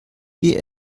wie